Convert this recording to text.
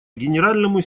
генеральному